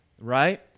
right